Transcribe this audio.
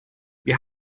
wir